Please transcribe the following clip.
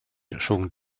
rhwng